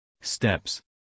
Steps